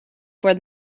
for